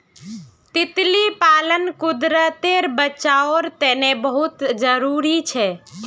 तितली पालन कुदरतेर बचाओर तने बहुत ज़रूरी छे